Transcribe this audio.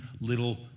little